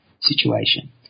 situation